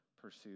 pursue